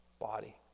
body